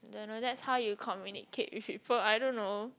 don't know that's how you communicate with people I don't know